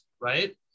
right